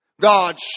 God